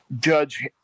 judge